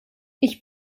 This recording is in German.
ich